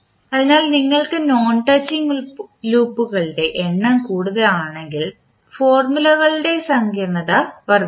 അതിനാൽ നിങ്ങൾക്ക് non touching ലൂപ്പുകളുടെ എണ്ണം കൂടുതലാണെങ്കിൽ ഫോർമുലയുടെ സങ്കീർണ്ണത വർദ്ധിക്കും